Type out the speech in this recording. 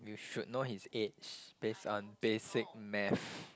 you should know his age base on basic math